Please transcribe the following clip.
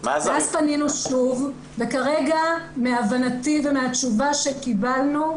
מאז פנינו שוב, וכרגע מהבנתי ומהתשובה שקיבלנו,